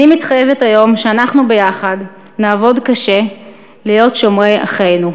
אני מתחייבת היום שאנחנו ביחד נעבוד קשה להיות שומרי אחינו.